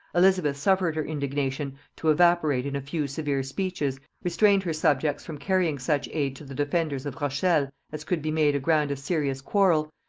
elizabeth suffered her indignation to evaporate in a few severe speeches, restrained her subjects from carrying such aid to the defenders of rochelle as could be made a ground of serious quarrel,